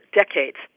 decades